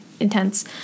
intense